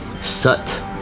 Sut